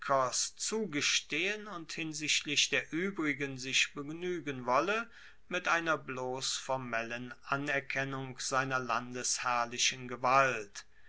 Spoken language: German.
zugestehen und hinsichtlich der uebrigen sich begnuegen wolle mit einer bloss formellen anerkennung seiner landesherrlichen gewalt